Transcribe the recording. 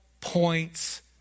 points